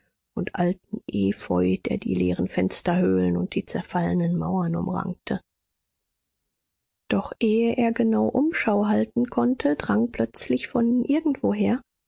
und alten efeu der die leeren fensterhöhlen und die zerfallenden mauern umrankte doch ehe er genau umschau halten konnte drang plötzlich von irgendwoher